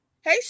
Hey